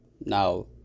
Now